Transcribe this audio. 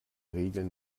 regeln